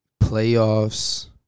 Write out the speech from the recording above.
playoffs